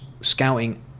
scouting